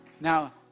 Now